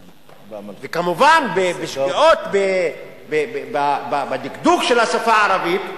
וכמובן, שגיאות בדקדוק של השפה הערבית,